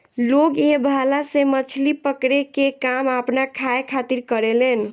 लोग ए भाला से मछली पकड़े के काम आपना खाए खातिर करेलेन